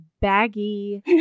baggy